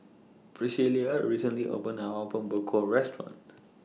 Priscilla recently opened A Apom Berkuah Restaurant